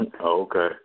Okay